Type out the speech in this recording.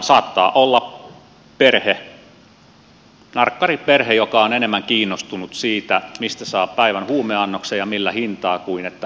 saattaa olla perhe narkkariperhe joka on enemmän kiinnostunut siitä mistä saa päivän huumeannoksen ja millä hintaa kuin siitä että hoitaa lapsiaan